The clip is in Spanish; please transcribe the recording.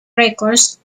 records